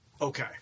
okay